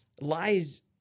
lies